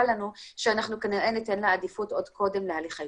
לנו שאנחנו כנראה ניתן לה עדיפות עוד קודם להליך ה